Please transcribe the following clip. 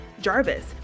Jarvis